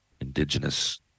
indigenous